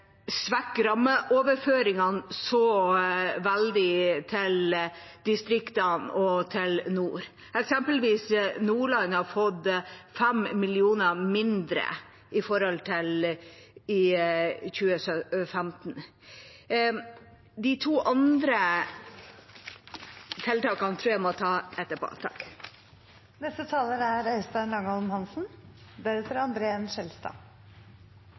svekke rammeoverføringene så veldig til distriktene og i nord. Eksempelvis Nordland har fått 5 mill. kr mindre i forhold til i 2015. De to andre tiltakene tror jeg jeg må ta